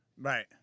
right